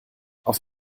auf